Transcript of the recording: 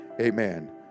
amen